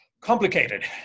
Complicated